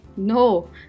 No